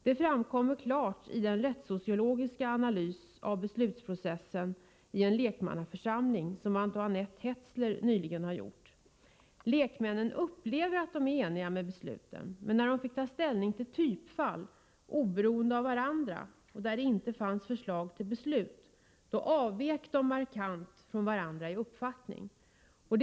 Det framkommer klart i den rättssociologiska analys av beslutsprocessen i en lekmannaförsamling som Antionette Hetzler nyligen gjort. Lekmännen upplever att de är ense om besluten, men när de fick ta ställning till typfall oberoende av varandra utan att det fanns förslag till beslut, avvek de markant från varandra i uppfattningen.